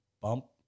bump